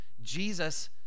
Jesus